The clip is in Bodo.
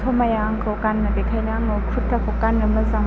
समाया आंखौ गानना देखायबा आङो खुर्थाखौ गाननो मोजां